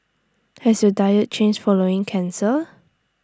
has your diet changed following cancer